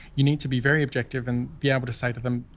you need to be very objective and be able to say to them!